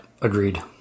agreed